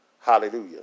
hallelujah